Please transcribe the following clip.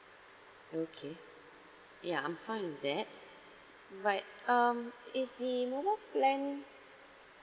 okay ya I'm fine with that but um is the mobile plan